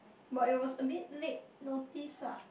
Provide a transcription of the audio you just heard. but it was a bit late notice ah